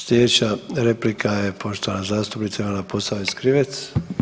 Sljedeća replika je poštovana zastupnica Ivana Posavec Krivec.